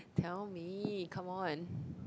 tell me come on